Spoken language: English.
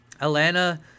Atlanta